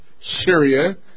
Syria